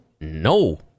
No